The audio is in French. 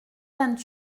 vingt